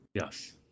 Yes